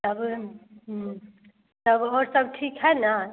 तब ओहे ने हूँ तब ओहो सब ठीक हए ने